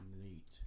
Neat